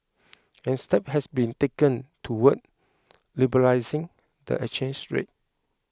and steps have been taken towards liberalising the exchange rate